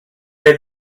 pel